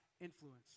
influence